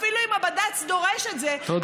אפילו אם הבד"ץ דורש את זה, תודה.